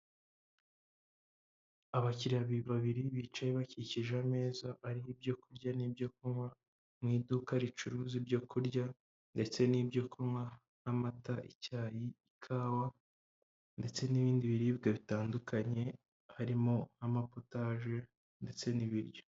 Abakiriya babiri bicaye bakikije ameza ariho ibyo kurya n'ibyo kunywa mu iduka ricuruza ibyo kurya ndetse n'ibyo kunywa n'amata, icyayi, ikawa ndetse n'ibindi biribwa bitandukanye harimo amapotaje ndetse n'ibiryo.